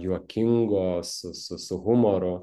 juokingo su su su humoru